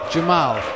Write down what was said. Jamal